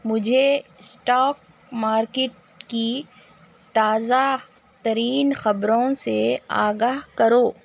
مجھے stock market کی تازہ ترین خبروں سے آگاہ کرو